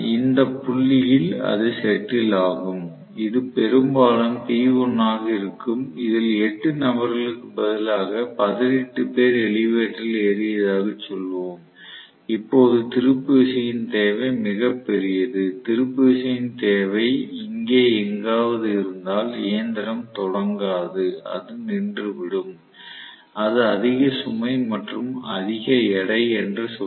இந்த புள்ளியில் அது செட்டில் ஆகும் இது பெரும்பாலும் P1 ஆக இருக்கும் இதில் 8 நபர்களுக்கு பதிலாக 18 பேர் எலிவேட்டரில் ஏறியதாகக் சொல்வோம் இப்போது திருப்பு விசையின் தேவை மிகப் பெரியதுதிருப்பு விசையின் தேவை இங்கே எங்காவது இருந்தால் இயந்திரம் தொடங்காது அது நின்று விடும் அது அதிக சுமை மற்றும் அதிக எடை என்று சொல்லும்